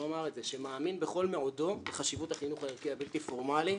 שמאמין בכל מאודו בחשיבות החינוך הערכי הבלתי-פורמלי,